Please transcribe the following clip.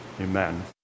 Amen